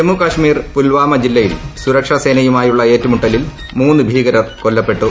ജമ്മു കശ്മീരിൽ ഷൂൽവ്വാമ ജില്ലയിൽ സുരക്ഷാ സേനയുമായുള്ള ഏറ്റുമുട്ടലിൽ മൂന്ന് ഭീകരർ കൊല്ലപ്പെട്ടു